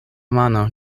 mano